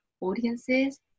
audiences